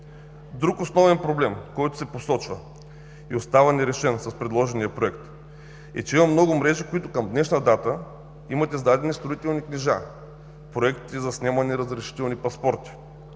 Друг основен проблем, който се посочва и остава нерешен с предложения Проект, е, че има много мрежи, които към днешна дата имат издадени строителни книжа – проекти, заснемане, разрешителни, паспорти.